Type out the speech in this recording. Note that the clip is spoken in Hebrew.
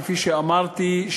כפי שאמרתי,